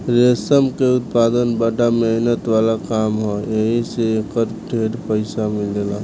रेशम के उत्पदान बड़ा मेहनत वाला काम ह एही से एकर ढेरे पईसा मिलेला